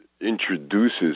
introduces